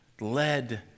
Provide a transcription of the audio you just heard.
led